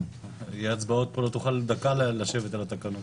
יהיו כאן הצבעות, לא תוכל דקה לשבת על התקנות.